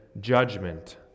judgment